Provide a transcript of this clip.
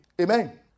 Amen